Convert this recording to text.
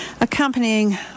Accompanying